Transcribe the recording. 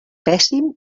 pèssim